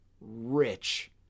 rich